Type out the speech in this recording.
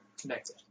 connected